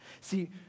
See